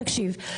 תקשיב,